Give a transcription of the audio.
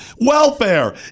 Welfare